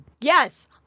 Yes